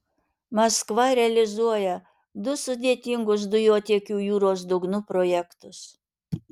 maskva realizuoja du sudėtingus dujotiekių jūros dugnu projektus